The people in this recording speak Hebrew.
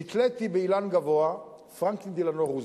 נתליתי באילן גבוה: פרנקלין דלאנו רוזוולט,